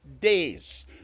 days